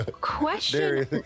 Question